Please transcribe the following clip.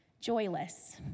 joyless